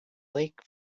lake